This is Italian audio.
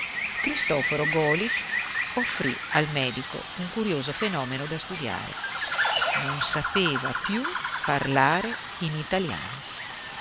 cristoforo golisch offrì al medico un curioso fenomeno da studiare non sapeva più parlare in italiano